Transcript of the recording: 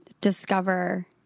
discover